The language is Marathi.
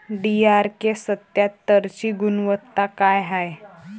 डी.आर.के सत्यात्तरची गुनवत्ता काय हाय?